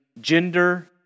gender